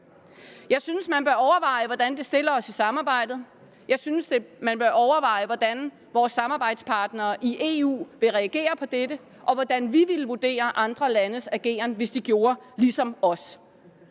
Jeg synes, man bør overveje, hvordan det stiller os i samarbejdet. Jeg synes, man bør overveje, hvordan vores samarbejdspartnere i EU vil reagere på dette, og hvordan vi ville vurdere andre landes ageren, hvis de gjorde ligesom os.